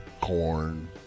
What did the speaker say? corn